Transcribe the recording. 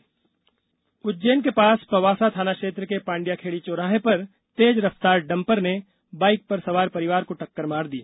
उज्जैन दुर्घटना उज्जैन के पास पंवासा थाना क्षेत्र के पांडयाखेड़ी चौराहे पर तेज रफ्तार डंपर ने बाइक पर सवार परिवार को टक्कर मार दी